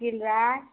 कील जाय